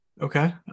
Okay